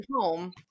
home